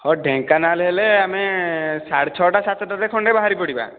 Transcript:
ହଉ ଢେଙ୍କାନାଳ ହେଲେ ଆମେ ସାଢେ ଛଅଟା ସାତଟାରେ ଖଣ୍ଡେ ବାହାରିପଡ଼ିବା